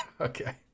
Okay